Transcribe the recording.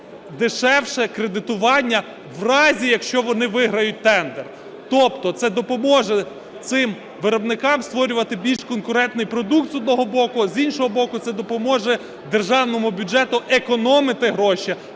дешевше кредитування в разі, якщо вони виграють тендер. Тобто це допоможе цим виробникам створювати більш конкурентний продукт, з одного боку, а, з іншого боку, це допоможе державному бюджету економити гроші,